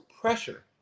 pressure